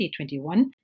2021